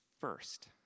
first